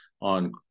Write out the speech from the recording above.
on